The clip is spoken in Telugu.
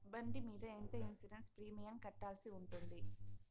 బండి మీద ఎంత ఇన్సూరెన్సు ప్రీమియం కట్టాల్సి ఉంటుంది?